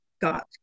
got